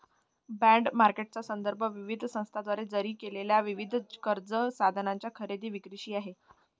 bond मार्केटचा संदर्भ विविध संस्थांद्वारे जारी केलेल्या विविध कर्ज साधनांच्या खरेदी विक्रीशी आहे